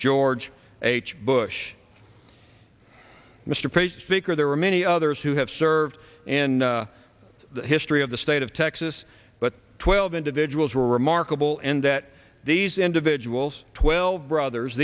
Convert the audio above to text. george h bush mr page figure there were many others who have served in the history of the state of texas but twelve individuals were remarkable and that these individuals twelve brothers